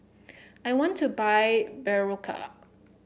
I want to buy Berocca